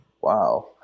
wow